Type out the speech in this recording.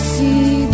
see